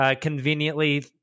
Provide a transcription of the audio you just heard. Conveniently